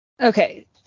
Okay